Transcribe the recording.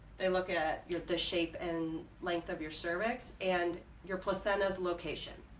they look at your the shape and length of your cervix and your placenta is location.